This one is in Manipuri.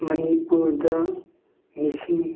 ꯃꯅꯤꯄꯨꯔꯗ ꯃꯤꯁꯤꯡ